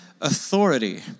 authority